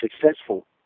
successful